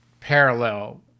parallel